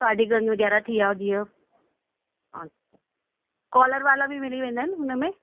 cardigan वगै़रह थी विया जीअं अच्छा कॉलर वाला बि मिली वेंदा आहिनि हुनमें